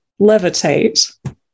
Levitate